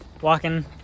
walking